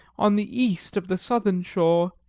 on the east of the southern shore,